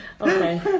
Okay